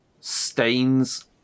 stains